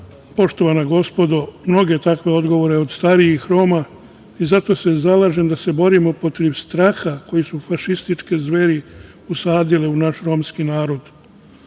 poštovana gospodo, mnoge takve odgovore od starijih Roma i zato se zalažem da se borimo protiv straha koji su fašističke zveri usadile u naš romski narod.